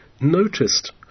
noticed